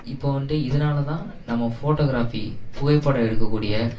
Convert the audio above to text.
இப்போது வந்துட்டு இதனால்தான் நம்ம ஃபோட்டோகிராஃபி புகைப்படம் எடுக்கக்கூடிய